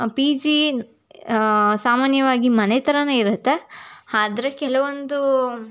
P G ಸಾಮಾನ್ಯವಾಗಿ ಮನೆ ಥರಾನೆ ಇರುತ್ತೆ ಆದ್ರೆ ಕೆಲವೊಂದು